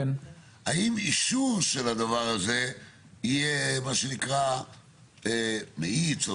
האם אישור של הדבר הזה יהיה מה שנקרא מאיץ או